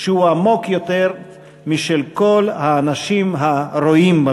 שהוא עמוק יותר משל כל האנשים "הרואים".